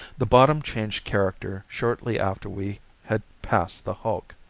the bottom changed character shortly after we had passed the hulk.